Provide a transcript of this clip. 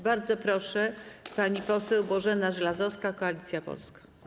Bardzo proszę, pani poseł Bożena Żelazowska, Koalicja Polska.